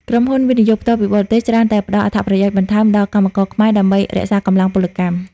ក្រុមហ៊ុន វិនិយោគផ្ទាល់ពីបរទេស ច្រើនតែផ្ដល់ "អត្ថប្រយោជន៍បន្ថែម" ដល់កម្មករខ្មែរដើម្បីរក្សាកម្លាំងពលកម្ម។